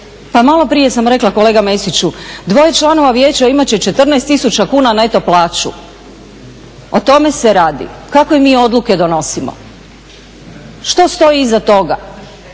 Pa maloprije sam rekla kolega Mesiću, dvoje članova Vijeća imat će 14 000 kuna neto plaću, o tome se radi. Kakve mi odluke donosimo? Što stoji iza toga?